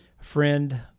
friend